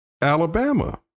Alabama